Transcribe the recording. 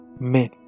men